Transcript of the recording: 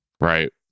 Right